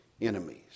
enemies